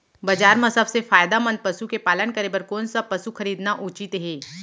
बजार म सबसे फायदामंद पसु के पालन करे बर कोन स पसु खरीदना उचित हे?